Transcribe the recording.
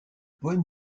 poèmes